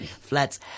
flats